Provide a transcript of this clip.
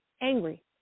angry